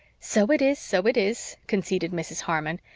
so it is so it is, conceded mrs. harmon.